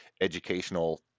educational